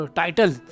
title